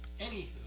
Anywho